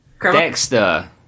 Dexter